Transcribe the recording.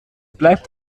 bleibt